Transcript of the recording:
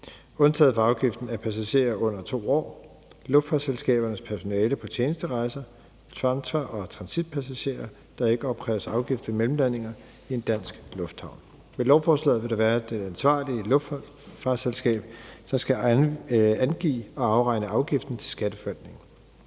Undtaget fra afgiften er passagerer under 2 år, luftfartsselskabernes personale på tjenesterejser, transfer- og transitpassagerer, der ikke opkræves afgift ved mellemlandinger i en dansk lufthavn. Med lovforslaget vil det være det ansvarlige luftfartsselskab, der skal angive og afregne afgiften til Skatteforvaltningen.